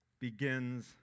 begins